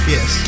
Yes